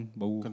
bau